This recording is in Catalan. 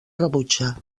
rebutja